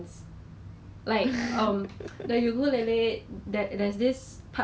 where they want to place lah that one I don't know already but then I feel very disgusted lah